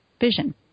vision